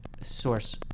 source